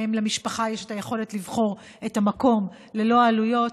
שלמשפחה יש את היכולת לבחור את המקום ללא עלויות,